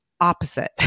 opposite